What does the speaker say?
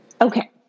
okay